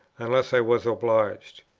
unless i was obliged.